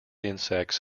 insects